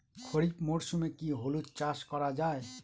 খরিফ মরশুমে কি হলুদ চাস করা য়ায়?